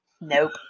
Nope